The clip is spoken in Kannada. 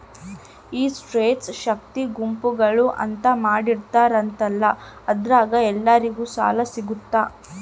ಈ ಸ್ತ್ರೇ ಶಕ್ತಿ ಗುಂಪುಗಳು ಅಂತ ಮಾಡಿರ್ತಾರಂತಲ ಅದ್ರಾಗ ಸಾಲ ಎಲ್ಲರಿಗೂ ಸಿಗತೈತಾ?